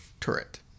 turret